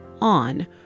on